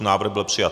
Návrh byl přijat.